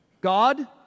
God